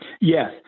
Yes